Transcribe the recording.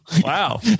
Wow